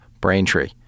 Braintree